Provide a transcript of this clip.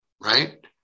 Right